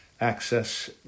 access